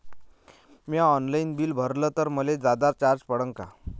म्या online bill भरलं तर मले जादा चार्ज पडन का?